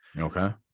Okay